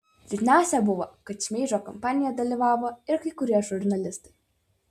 liūdniausia buvo kad šmeižto kampanijoje dalyvavo ir kai kurie žurnalistai